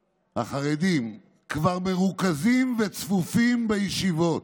החרדים, "כבר מרוכזים וצפופים בישיבות.